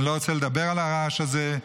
אני לא רוצה לדבר על הרעש הזה,